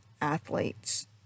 athletes